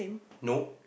no